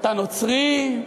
אתה נוצרי?